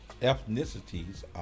ethnicities